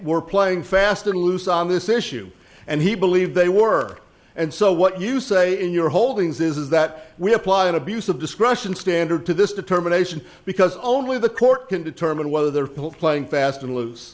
were playing fast and loose on this issue and he believed they were and so what you say in your holdings is that we apply an abuse of discretion standard to this determination because only the court can determine whether they're playing fast and loose